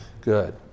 Good